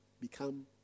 become